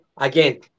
again